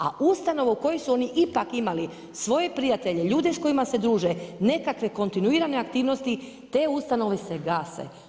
A ustanova u kojoj su oni ipak imali svoje prijatelje, ljude s kojima se druže, nekakve kontinuirane aktivnosti te ustanove se gase.